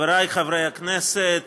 חבריי חברי הכנסת,